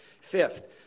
Fifth